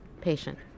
patient